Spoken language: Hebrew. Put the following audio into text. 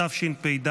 התשפ"ד